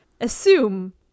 assume